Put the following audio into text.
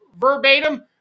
verbatim